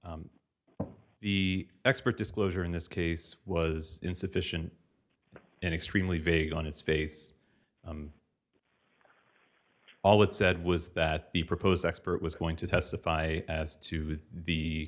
honour's the expert disclosure in this case was insufficient and extremely vague on its face all it said was that the proposed expert was going to testify as to the